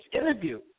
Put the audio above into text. interview